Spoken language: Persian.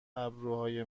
ابروهای